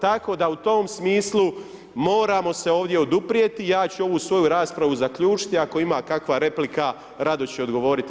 Tako da u tom smislu moramo se ovdje oduprijeti, ja ću ovu svoju raspravu zaključiti, ako ima kakva replika rado ću odgovoriti.